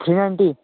three ninety